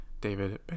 David